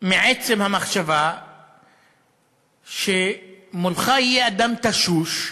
מעצם המחשבה שמולך יהיה אדם תשוש,